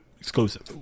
Exclusive